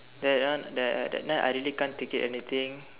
that one that that night I really can't take it anything